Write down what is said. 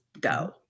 go